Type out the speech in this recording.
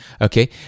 okay